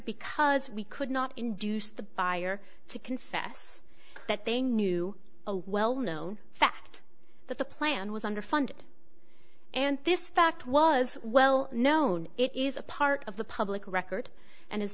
because we could not induce the buyer to confess that they knew a well known fact that the plan was underfunded and this fact was well known it is a part of the public record and